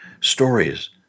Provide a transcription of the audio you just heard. Stories